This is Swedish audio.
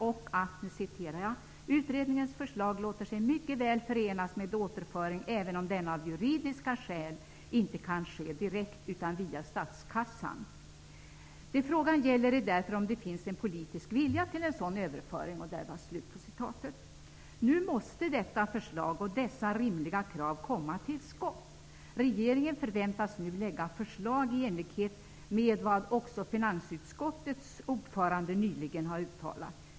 Det framhölls vidare: ''Utredningens förslag låter sig mycket väl förenas med återföring även om denna av juridiska skäl inte kan ske direkt utan via statskassan. Det frågan gäller är därför om det finns en politisk vilja till en sådan överföring.'' Nu måste man komma till skott med dessa rimliga krav. Regeringen förväntas nu lägga fram förslag, i enlighet med vad också finansutskottets ordförande nyligen uttalat.